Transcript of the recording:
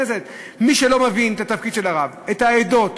מי שלא מבין את התפקיד של הרב, את העדות,